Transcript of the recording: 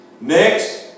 Next